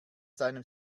seinem